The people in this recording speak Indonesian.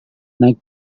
naik